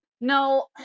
no